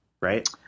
Right